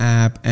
app